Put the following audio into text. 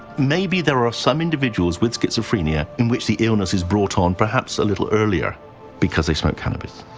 maybe there are some individuals with schizophrenia in which the illness is brought on perhaps a little earlier because they smoked cannabis.